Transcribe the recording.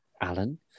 Alan